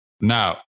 Now